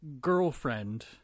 girlfriend